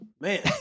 Man